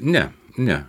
ne ne